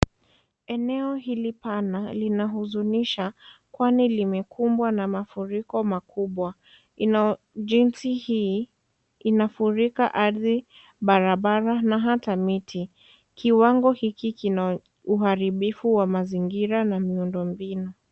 Eneo hili bana linahuzunisha, kwani limekumbwa na mafuriko makubwa. Inao jinsi hii inafurika ardhi, barabara na hata miti. Kiwango hiki kina uharibifu wa mazingira na miundombinu.